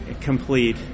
complete